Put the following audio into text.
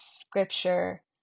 scripture